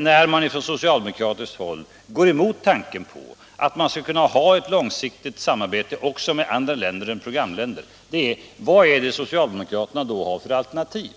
När man från socialdemokratiskt håll går emot tanken på att vi skall kunna ha ett långsiktigt samarbete också med andra länder än programländer tycker jag att det är intressant att få ett svar på frågan vad socialdemokraterna i så fall har för alternativ.